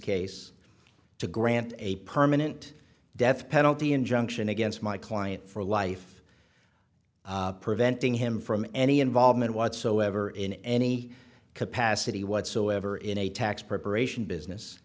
case to grant a permanent death penalty injunction against my client for life preventing him from any involvement whatsoever in any capacity whatsoever in a tax preparation business